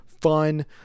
fun